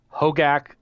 Hogak